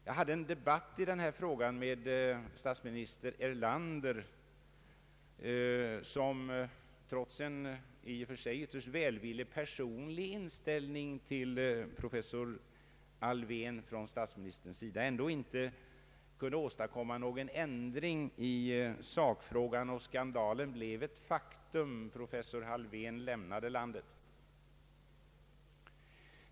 Jag hade en debatt i den här frågan med statsminister Erlander, som trots en i och för sig ytterst välvillig personlig inställning till professor Alfvén ändå inte kunde åstadkomma någon ändring i sakfrågan, och skandalen blev ett faktum. Professor Alfvén lämnade landet.